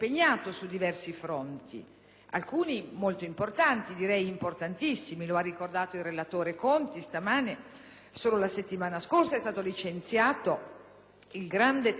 alcuni molto importanti, direi importantissimi, come ha ricordato in precedenza il relatore Conti (solo la settimana scorsa è stato licenziato il notevole testo sul federalismo fiscale)